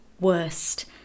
worst